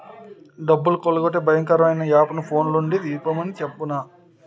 డబ్బులు కొల్లగొట్టే భయంకరమైన యాపుని ఫోన్లో నుండి తీసిమని చెప్పేనా